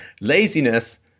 Laziness